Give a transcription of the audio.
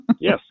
Yes